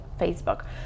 Facebook